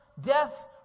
death